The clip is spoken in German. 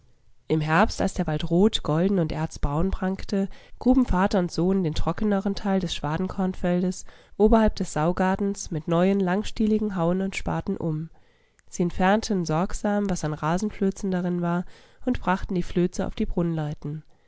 im herbst als der wald rot golden und erzbraun prangte gruben vater und sohn den trockeneren teil des schwadenkornfeldes oberhalb des saugartens mit neuen langstieligen hauen und spaten um sie entfernten sorgsam was an rasenflözen darin war und brachten die flöze auf die